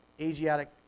Asiatic